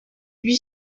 lui